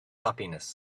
happiness